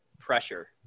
pressure